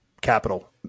capital